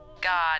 God